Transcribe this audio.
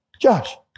Josh